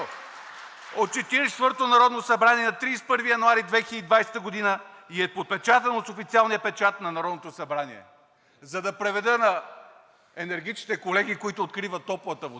четвъртото народно събрание на 31 януари 2020 г. и е подпечатано с официалния печат на Народното събрание. За да преведа на енергичните колеги, които откриват топлата вода